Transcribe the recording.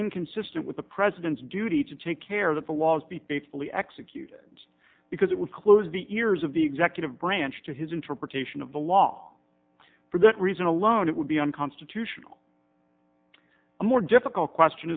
inconsistent with the president's duty to take care that the laws be faithfully executed because it would close the ears of the executive branch to his interpretation of the law for that reason alone it would be unconstitutional a more difficult question